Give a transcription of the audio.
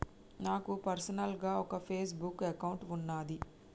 నాకు పర్సనల్ గా ఒక ఫేస్ బుక్ అకౌంట్ వున్నాది